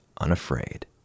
unafraid